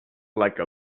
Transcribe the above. like